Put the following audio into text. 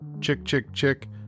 chick-chick-chick